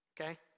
Okay